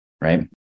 right